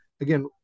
again